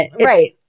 Right